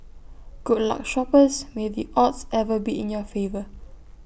good luck shoppers may the odds ever be in your favour